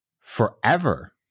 forever